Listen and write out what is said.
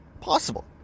possible